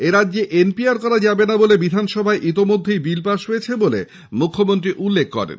এরাজ্যে এনপিআর করা যাবেনা বলে বিধানসভায় ইতোমধ্যেই বিল পাস হয়েছে বলে মুখ্যমন্ত্রী উল্লেখ করেছেন